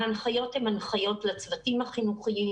ההנחיות הן הנחיות לצוותים החינוכיים,